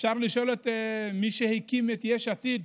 אפשר לשאול את מי שהקים את יש עתיד,